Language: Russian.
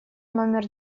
номер